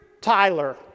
Tyler